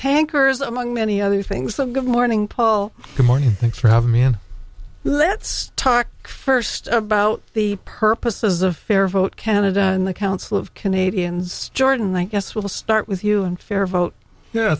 tankers among many other things the good morning paul good morning thanks for having me and let's talk first about the purposes of fair vote canada and the council of canadians jordan i guess we'll start with you and fair vote yeah